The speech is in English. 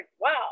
wow